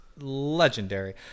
legendary